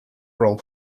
role